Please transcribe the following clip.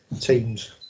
Teams